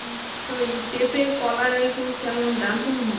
হুম তো এই পেঁপে কলা এগুলো কেমন দাম কেমন হবে